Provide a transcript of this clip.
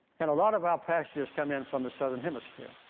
and a lot of our passengers come in from the southern hemisphere,